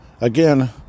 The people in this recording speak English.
Again